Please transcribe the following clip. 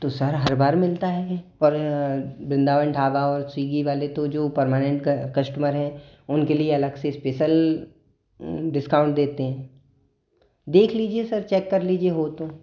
तो सर हर बार मिलता है और वृंदावन ढाबा और स्विग्गी वाले तो जो परमानेंट कष्टमर हैं उनके लिए अलग से स्पेसल डिस्काउंट देते हैं देख लीजिए सर चेक कर लीजिए हो तो